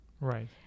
Right